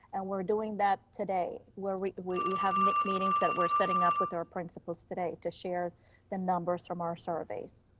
and we're doing that today, where we we have meetings that we're setting up with our principals today to share the numbers from our surveys.